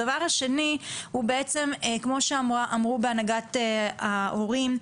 הדבר השני הוא בעצם כמו שאמרו בהנהגת ההורים,